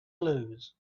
lose